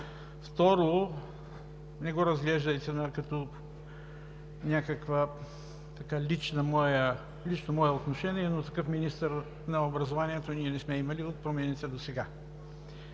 Второ, не го разглеждайте като някакво лично мое отношение, но такъв министър на образованието ние не сме имали от промените досега.